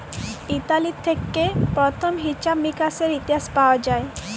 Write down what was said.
Italy থেক্যে প্রথম হিছাব মিকাশের ইতিহাস পাওয়া যায়